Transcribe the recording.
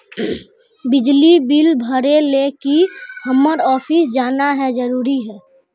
बिजली बिल भरे ले की हम्मर ऑफिस जाना है जरूरी है?